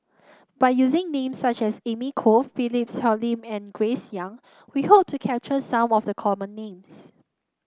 by using names such as Amy Khor Philip Hoalim and Grace Young we hope to capture some of the common names